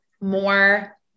more